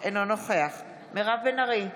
אינו נוכח מירב בן ארי,